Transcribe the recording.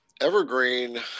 evergreen